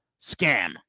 scam